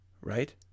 right